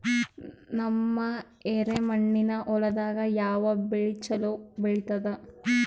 ನಮ್ಮ ಎರೆಮಣ್ಣಿನ ಹೊಲದಾಗ ಯಾವ ಬೆಳಿ ಚಲೋ ಬೆಳಿತದ?